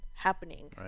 happening